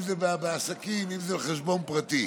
אם זה בעסקים ואם זה בחשבון פרטי,